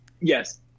Yes